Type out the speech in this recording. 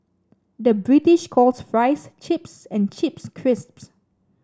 the British calls fries chips and chips crisps